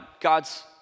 God's